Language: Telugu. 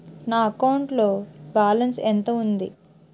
నా అకౌంట్ లో బాలన్స్ ఎంత ఉంది?